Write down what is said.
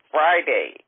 Friday